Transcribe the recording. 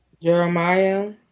Jeremiah